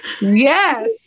Yes